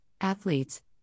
athletes